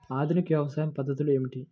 ఆధునిక వ్యవసాయ పద్ధతులు ఏమిటి?